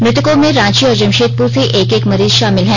मृतकों में रांची और जमशेदपुर से एक एक मरीज शामिल हैं